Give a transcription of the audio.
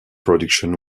production